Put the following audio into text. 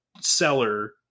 seller